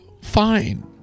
Fine